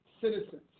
citizens